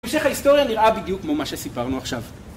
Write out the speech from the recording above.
המשך ההיסטוריה נראה בדיוק כמו מה שסיפרנו עכשיו